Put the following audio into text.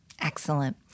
excellent